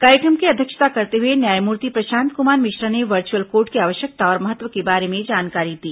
कार्यक्रम की अध्यक्षता करते हुए न्यायमूर्ति प्रशांत कुमार मिश्रा ने वर्चुअल कोर्ट की आवश्यकता और महत्व के बारे में जानकारी दी